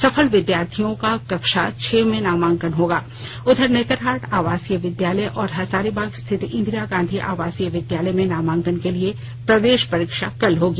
सफल विद्यार्थियों का कक्षा छह में नामांकन होगा उधर नेतरहाट आवासीय विद्यालय और हजारीबाग स्थित इंदिरा गांधी आवासीय विद्यालय में नामांकन के लिए प्रवेश परीक्षा कल होगी